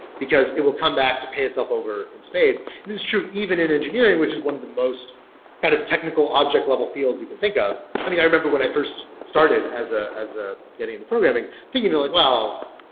because it will come back to pay itself over in spades. this is true even in engineering, which is one of the most kind of technical object level fields you can think of. i mean, i remember when i first started as ah as ah getting into programming, thinking like, well,